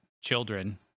children